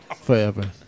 Forever